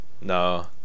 No